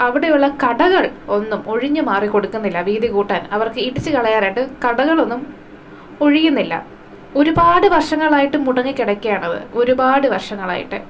അവിടെയുള്ള കടകൾ ഒന്നും ഒഴിഞ്ഞുമാറി കൊടുക്കുന്നില്ല വീതി കൂട്ടാൻ അവർക്ക് ഇടിച്ചു കളയാനായിട്ട് കടകളൊന്നും ഒഴിയുന്നില്ല ഒരുപാട് വർഷങ്ങളായിട്ട് മുടങ്ങിക്കിടക്കുകയാണ് അത് ഒരുപാട് വർഷങ്ങളായിട്ട്